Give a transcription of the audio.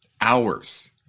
hours